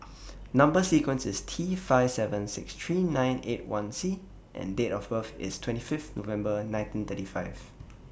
Number sequence IS T five seven six three nine eight one C and Date of birth IS twenty Fifth November nineteen thirty five